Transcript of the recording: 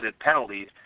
penalties